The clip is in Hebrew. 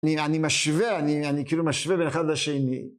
אני משווה, אני כאילו משווה בין אחד לשני.